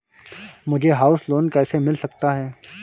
मुझे house loan कैसे मिल सकता है?